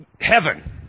heaven